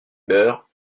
beurre